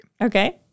Okay